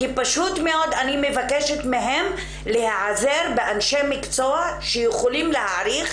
כי פשוט מאוד אני מבקשת מהם להיעזר באנשי מקצוע שיכולים להעריך,